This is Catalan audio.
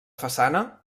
façana